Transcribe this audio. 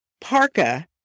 parka